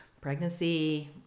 pregnancy